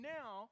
now